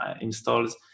installs